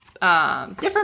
different